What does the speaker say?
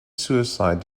suicide